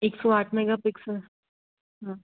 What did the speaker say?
एक सौ आठ मेगापिक्सल हाँ